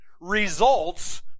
results